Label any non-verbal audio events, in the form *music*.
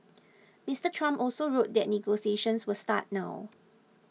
*noise* Mister Trump also wrote that negotiations will start now